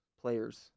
players